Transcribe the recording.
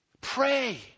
Pray